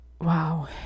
wow